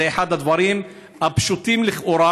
זה אחד הדברים הפשוטים לכאורה,